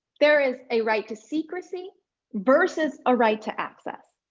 there is a right to secrecy versus a right to access.